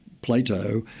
Plato